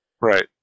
Right